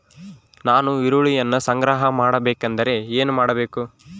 ನಾನು ಈರುಳ್ಳಿಯನ್ನು ಸಂಗ್ರಹ ಮಾಡಬೇಕೆಂದರೆ ಏನು ಮಾಡಬೇಕು?